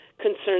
concerns